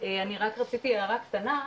אני רק רציתי הערה קטנה,